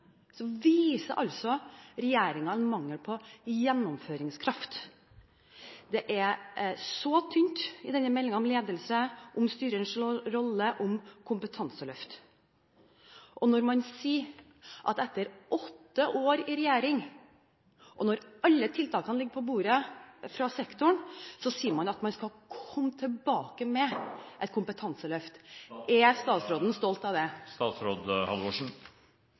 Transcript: så tynt i denne meldingen – om ledelse, om styrerens rolle, om kompetanseløft. Når man sier – etter åtte år i regjering og når alle tiltakene fra sektoren ligger på bordet – at man skal komme tilbake med et kompetanseløft, er statsråden stolt av det?